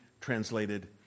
translated